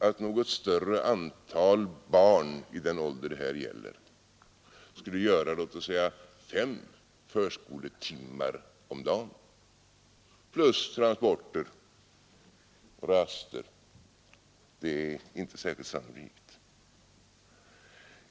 Att något större antal barn i den ålder det här gäller skulle göra låt oss säga fem förskoletimmar om dagen plus transporter och raster är inte särskilt sannolikt.